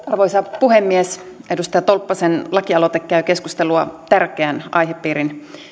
arvoisa puhemies edustaja tolppasen lakialoite käy keskustelua tärkeän aihepiirin